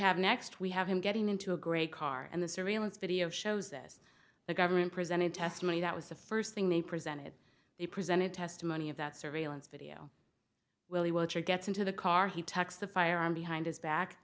have next we have him getting into a great car and the surveillance video shows this the government presented testimony that was the first thing they presented they presented testimony of that surveillance video will be water gets into the car he tucks the firearm behind his back